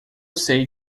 sei